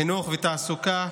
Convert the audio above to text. חינוך, תעסוקה,